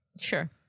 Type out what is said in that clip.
Sure